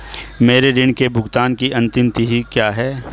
मेरे ऋण के भुगतान की अंतिम तिथि क्या है?